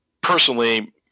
personally